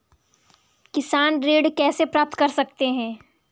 किसान ऋण कैसे प्राप्त कर सकते हैं?